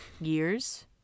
years